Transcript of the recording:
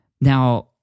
Now